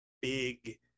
big